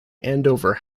andover